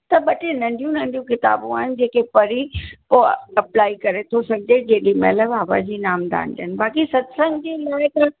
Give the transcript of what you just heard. त ॿ टे नंढियूं नंढियूं किताबूं आहिनि जेके पढ़ी पोइ अप्लाई करे थो सघिजे जेॾीमहिल बाबाजी नामदान ॾियनि बाक़ी सतसंग जे लाइ त